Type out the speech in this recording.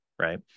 right